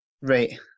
Right